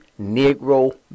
Negro